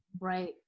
Right